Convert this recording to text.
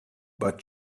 but